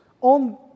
on